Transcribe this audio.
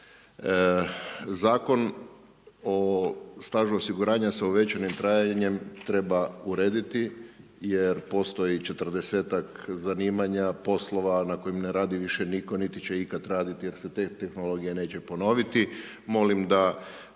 Zakon o stažu osiguranja sa uvećanim trajanjem treba urediti jer postoji 40ak zanimanja, poslova na kojim ne radi više nitko, niti će ikad raditi ako se te tehnologije neće ponoviti.